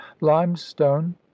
limestone